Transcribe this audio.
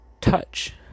touch